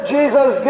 Jesus